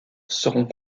seront